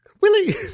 Willie